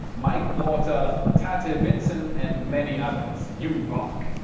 mike porter, tate ah vinson and many others. you rock!